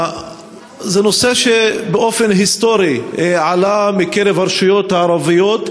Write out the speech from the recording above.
זה נושא שבאופן היסטורי עלה בקרב הרשויות הערביות,